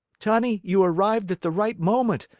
tunny, you arrived at the right moment!